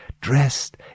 dressed